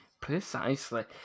Precisely